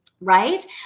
right